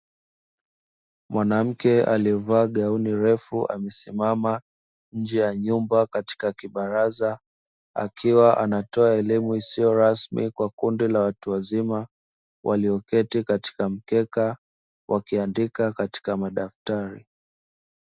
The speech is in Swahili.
Mwanamke alievaa gauni refu amesimama nje ya nyumba katika kibaraza, akiwa anatoa elimu isiyo rasmi kwa kundi la watu wazima walio keti katika mkeka wakiandika katika madaftari.